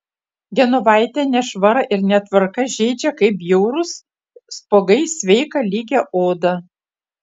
genovaitę nešvara ir netvarka žeidžia kaip bjaurūs spuogai sveiką lygią odą